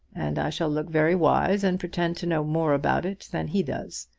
and i shall look very wise and pretend to know more about it than he does.